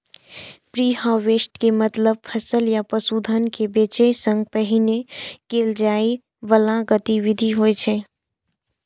preharvest के मतलब फसल या पशुधन कें बेचै सं पहिने कैल जाइ बला गतिविधि होइ छै